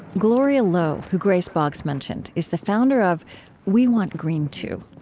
gloria lowe, who grace boggs mentioned, is the founder of we want green, too!